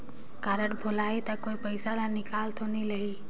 Card भुलाही ता कोई पईसा ला निकाल तो नि लेही?